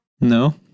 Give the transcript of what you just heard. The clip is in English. No